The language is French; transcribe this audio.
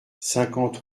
cinquante